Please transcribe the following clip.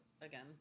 again